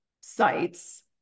sites